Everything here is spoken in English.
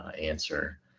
answer